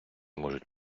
можуть